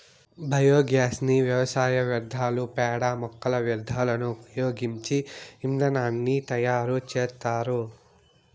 biogas ని వ్యవసాయ వ్యర్థాలు, పేడ, మొక్కల వ్యర్థాలను ఉపయోగించి ఇంధనాన్ని తయారు చేత్తారు